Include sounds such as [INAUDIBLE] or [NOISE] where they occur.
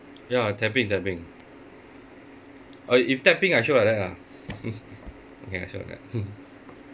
ya tapping tapping I if tapping I sure like that lah [NOISE] I can ask you about that